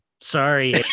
sorry